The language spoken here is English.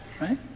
Right